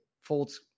folds